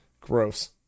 Gross